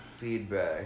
feedback